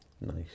Nice